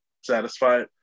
satisfied